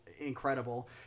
incredible